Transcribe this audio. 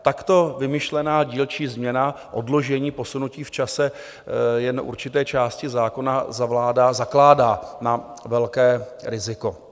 Takto vymyšlená dílčí změna odložení, posunutí v čase jen určité části zákona zakládá na velké riziko.